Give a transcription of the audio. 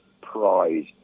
Prize